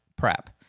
prep